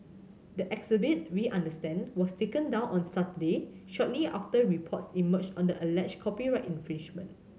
the exhibit we understand was taken down on Saturday shortly after reports emerged on the alleged copyright infringement